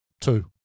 two